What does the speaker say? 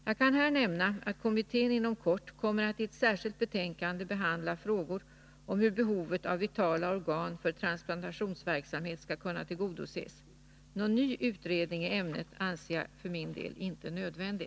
Jag kan här nämna att kommittén inom kort kommer att i ett särskilt betänkande behandla frågor om hur behovet av vitala organ för transplantationsverksamhet skall kunna tillgodoses. Någon ny utredning i ämnet anser jag för min del inte nödvändig.